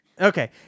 Okay